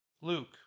Luke